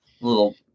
little